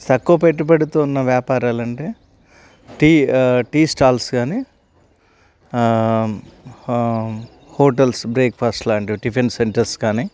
తక్కువ పెట్టుబడితో ఉన్న వ్యాపారాలు అంటే టీ టీ స్టాల్స్ కానీ హోటల్స్ బ్రేక్ఫాస్ట్ లాంటివి టిఫిన్ సెంటర్స్ కానీ